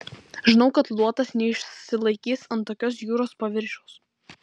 žinau kad luotas neišsilaikys ant tokios jūros paviršiaus